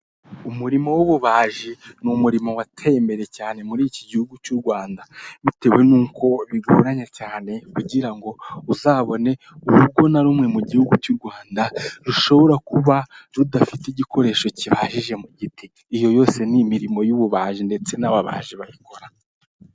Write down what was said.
Umurimo w'ububaji ni umurimo wateye imbere cyane muri iki gihugu cy'u Rwanda bitewe nuko bigoranye cyane kugira ngo uzabone urugo na rumwe mu gihugu cy'u Rwanda rushobora kuba rudafite igikoresho kibajije mu giti. Iyo yose ni imirimo y'ububaji ndetse n'ababaji bayikora.